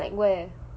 like where